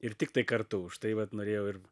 ir tiktai kartu už tai vat norėjau ir